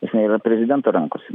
jinai yra prezidento rankose